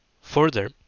further